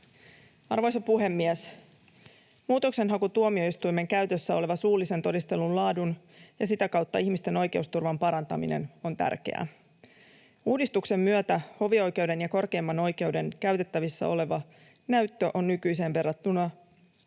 Arvoisa puhemies! Muutoksenhakutuomioistuimen käytössä olevan suullisen todistelun laadun ja sitä kautta ihmisten oikeusturvan parantaminen on tärkeää. Uudistuksen myötä hovioikeuden ja korkeimman oikeuden käytettävissä oleva näyttö on nykyiseen verrattuna tuoreempaa